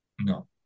No